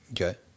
Okay